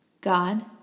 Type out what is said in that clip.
God